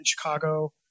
Chicago